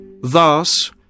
Thus